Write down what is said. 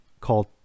called